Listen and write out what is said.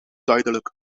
duidelijk